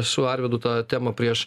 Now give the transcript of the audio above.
su arvydu tą temą prieš